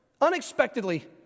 unexpectedly